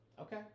Okay